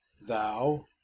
Thou